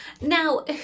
Now